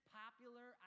popular